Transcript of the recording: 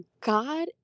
God